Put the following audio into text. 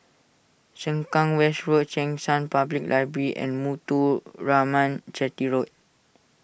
Sengkang West Road Cheng San Public Library and Muthuraman Chetty Road